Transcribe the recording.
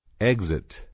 exit